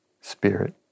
spirit